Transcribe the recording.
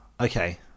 okay